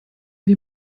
wir